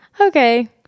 okay